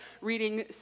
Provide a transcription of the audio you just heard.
reading